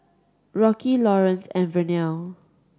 Rocky Laurance and Vernelle